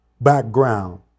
background